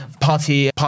party